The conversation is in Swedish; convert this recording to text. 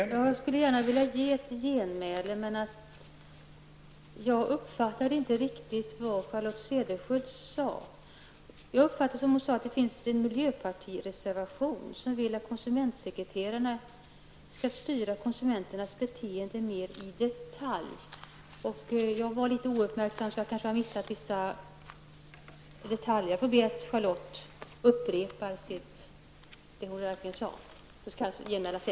Herr talman! Jag skulle gärna vilja göra ett genmäle, men jag uppfattade inte riktigt vad Charlotte Cederschiöld sade. Jag tyckte att hon sade att det finns en miljöpartimotion, där vi vill att konsumentsekreterarna skall styra konsumenternas beteende mer i detalj. Jag var litet ouppmärksam, så jag kanske missade vissa detaljer. Jag ber Charlotte Cederschiöld att upprepa vad hon sade.